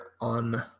on